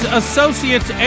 associates